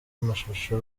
amashusho